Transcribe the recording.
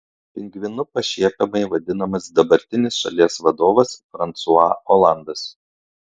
pingvinu pašiepiamai vadinamas dabartinis šalies vadovas fransua olandas